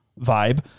vibe